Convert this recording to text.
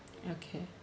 okay